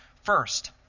First